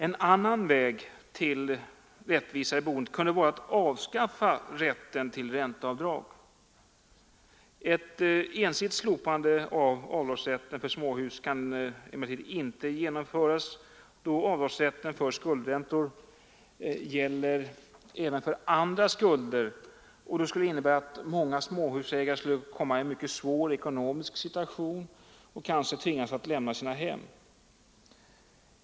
En annan väg till rättvisa i boendet kunde vara att avskaffa rätten till ränteavdrag. Ett ensidigt slopande av avdragsrätten för småhus kan emellertid inte genomföras, då avdragsrätten för skuldräntor gäller även för andra skulder, och detta skulle innebära att många småhusägare skulle komma i en mycket svår ekonomisk situation och kanske tvingas att lämna sina hem.